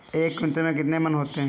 एक क्विंटल में कितने मन होते हैं?